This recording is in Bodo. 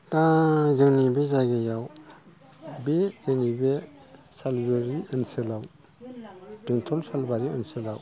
दा जोंनि बे जायगायाव बे जोंनि बे सालबारि ओनसोलाव बेंटल सालबारि ओनसोलाव